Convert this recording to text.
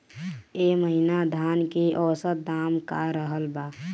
एह महीना धान के औसत दाम का रहल बा?